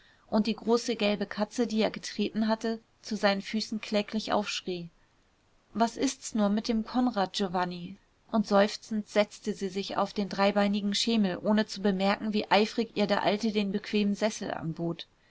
und die große gelbe katze die er getreten hatte zu seinen füßen kläglich aufschrie was ist's nur mit dem konrad giovanni und seufzend setzte sie sich auf den dreibeinigen schemel ohne zu bemerken wie eifrig ihr der alte den bequemen sessel anbot